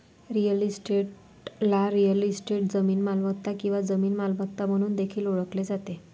real इस्टेटला real estate, जमीन मालमत्ता किंवा जमीन मालमत्ता म्हणून देखील ओळखले जाते